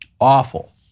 Awful